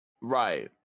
Right